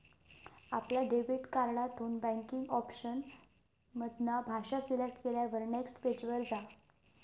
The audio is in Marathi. आपल्या डेबिट कार्डातून बॅन्किंग ऑप्शन मधना भाषा सिलेक्ट केल्यार नेक्स्ट पेज वर जा